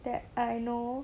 that I know